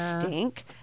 stink